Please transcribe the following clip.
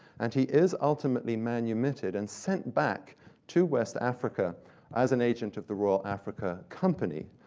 and he is ultimately manumitted, and sent back to west africa as an agent of the royal africa company,